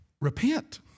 Repent